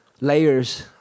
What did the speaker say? Layers